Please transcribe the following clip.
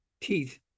teeth